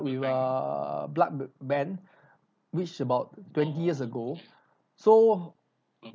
with err blood bank which is about twenty years ago so